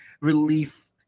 relief